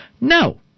No